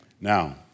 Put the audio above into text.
Now